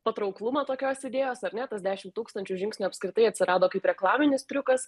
patrauklumą tokios idėjos ar ne tas dešim tūkstančių žingsnių apskritai atsirado kaip reklaminis triukas